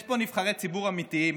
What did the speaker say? יש פה נבחרי ציבור אמיתיים